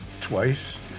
twice